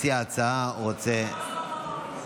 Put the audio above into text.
מציע ההצעה רוצה להשיב.